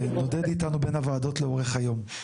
שנודד איתנו בין הוועדות לאורך היום.